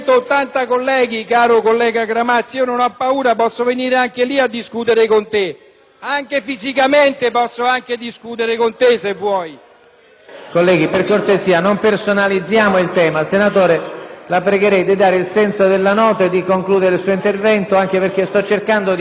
che sei andato da loro! PRESIDENTE. Colleghi, per cortesia, non personalizziamo il tema. Senatore Pedica, la pregherei di dare il senso della nota e di concludere il suo intervento, anche perché sto cercando di far parlare tutti per come è giusto sia, anche se dovrei chiudere la seduta. PEDICA